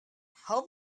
how